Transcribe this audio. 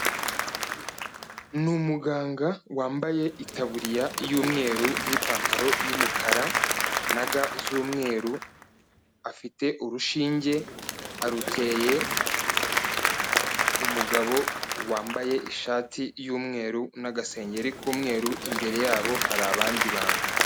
Ni umuganga wambaye itaburiya y'umweru n'ipantaro y'umukara na ga z'umweru, afite urushinge aruteye umugabo wambaye ishati y'umweru n'agasengenge k'umweru, imbere yabo hari abandi bantu.